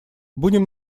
будем